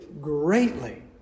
greatly